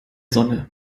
sonne